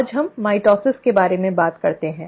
आज हम माइटोसिस के बारे में बात करते हैं